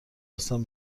هستم